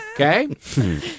Okay